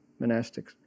monastics